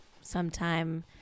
sometime